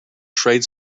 trade